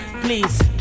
please